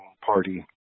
party